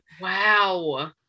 wow